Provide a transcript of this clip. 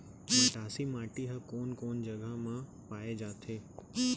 मटासी माटी हा कोन कोन जगह मा पाये जाथे?